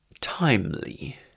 timely